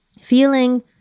feeling